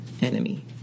enemy